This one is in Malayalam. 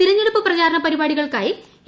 തെരഞ്ഞെടുപ്പ് പ്രചാരണ പരിപാടികൾക്കായി എ